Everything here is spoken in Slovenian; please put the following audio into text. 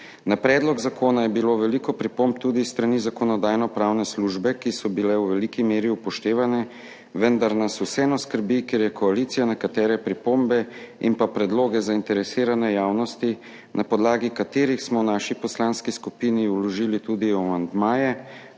Na predlog zakona je bilo veliko pripomb tudi s strani Zakonodajno-pravne službe, ki so bile v veliki meri upoštevane, vendar nas vseeno skrbi, ker je koalicija nekatere pripombe in predloge zainteresirane javnosti, na podlagi katerih smo v naši poslanski skupini vložili tudi amandmaje,